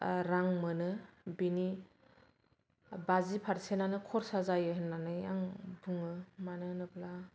रां मोनो बेनि बाजि पारसेन्टआनो खरसा जायो होननानै आं बुङो मानो होनोब्ला